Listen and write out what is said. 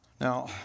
Now